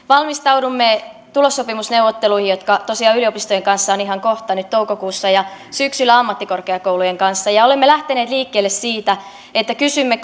valmistaudumme tulossopimusneuvotteluihin jotka tosiaan yliopistojen kanssa ovat ihan kohta nyt toukokuussa ja syksyllä ammattikorkeakoulujen kanssa ja olemme lähteneet liikkeelle siitä että kysymme